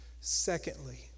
Secondly